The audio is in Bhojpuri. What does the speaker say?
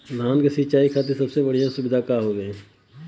धान क सिंचाई खातिर सबसे बढ़ियां सुविधा का हवे?